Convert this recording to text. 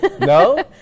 No